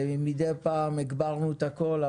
מידי פעם הגברנו את הקול,